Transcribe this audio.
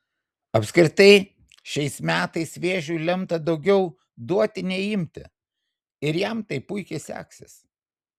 apskritai šiais metais vėžiui lemta daugiau duoti nei imti ir jam tai puikiai seksis